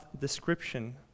description